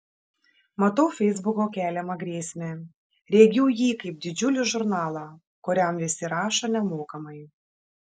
matau feisbuko keliamą grėsmę regiu jį kaip didžiulį žurnalą kuriam visi rašo nemokamai